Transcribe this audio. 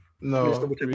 no